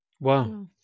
Wow